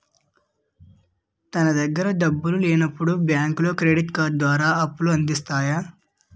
తన దగ్గర డబ్బులు లేనప్పుడు బ్యాంకులో క్రెడిట్ కార్డు ద్వారా అప్పుల అందిస్తాయి